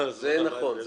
זה נכון.